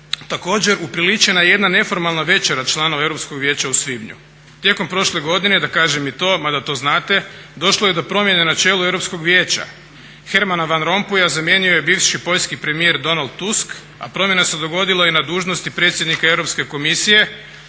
Također upriličena je jedna neformalna večera članova Europskog vijeća u svibnju. Tijekom prošle godine da kažem i to, mada to znate, došlo je do promjene na čelu Europskog vijeća. Hermana Van Rompuya zamijenio je bivši poljski premijer Donald Tusk a promjena se dogodila i na dužnosti predsjednika Europske komisije.